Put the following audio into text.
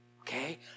okay